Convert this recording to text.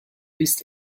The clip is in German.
liest